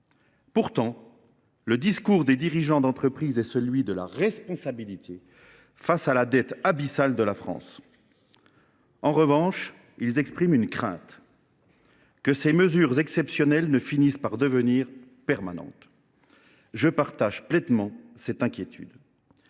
l’ai dit, le discours des dirigeants d’entreprise est celui de la responsabilité face à la dette abyssale de la France. En revanche, ils expriment une crainte : celle que ces mesures exceptionnelles ne finissent par devenir permanentes. Je partage pleinement cette inquiétude.